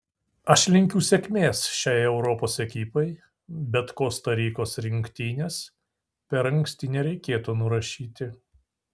aš linkiu sėkmės šiai europos ekipai bet kosta rikos rinktinės per anksti nereikėtų nurašyti